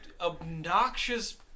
obnoxious